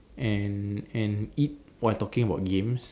and and eat while talking about games